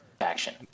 action